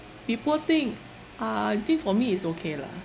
be poor thing I think for me is okay lah